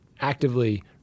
actively